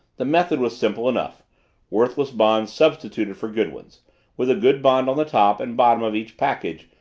the method was simple enough worthless bonds substituted for good ones with a good bond on the top and bottom of each package,